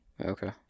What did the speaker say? Okay